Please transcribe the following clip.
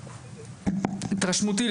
התרשמותי,